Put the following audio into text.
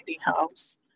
house